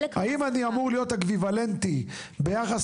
האם אני אמור להיות אקוויוולנטי ביחס